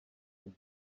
said